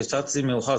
הצטרפתי מאוחר.